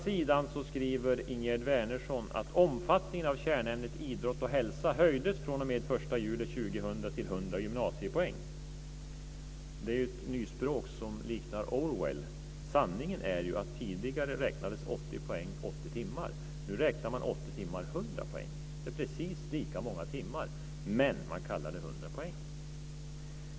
Vidare skriver Ingegerd Wärnersson så här: "Omfattningen av kärnämnet idrott och hälsa höjdes fr.o.m. den 1 juli 2000 till 100 gymnasiepoäng." Det är ett nyspråk som liknar Orwells. Sanningen är att tidigare räknades 80 poäng på 80 timmar. Nu räknar man 100 poäng på 80 timmar. Det är precis lika många timmar, men man kallar det 100 poäng.